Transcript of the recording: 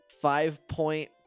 five-point